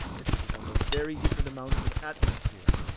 dependent on their very different amounts of atmosphere,